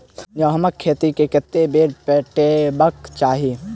गहुंमक खेत केँ कतेक बेर पटेबाक चाहि?